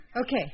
Okay